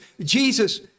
Jesus